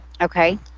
Okay